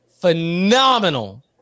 Phenomenal